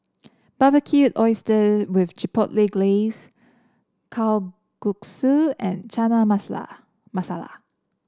Barbecued Oyster with Chipotle Glaze Kalguksu and Chana Masala Masala